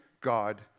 God